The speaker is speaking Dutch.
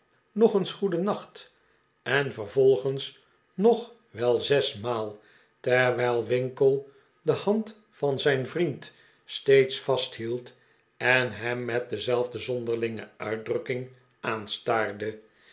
nog eens goedennacht en vervolgens nog wel zesmaal terwijl winkle de hand van zijn vriend steeds vasthield en hem met dezelfde zonderlinge uitdrukking aanstaarde